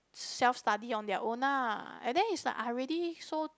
self study on their own ah and then is like I already so